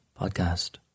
podcast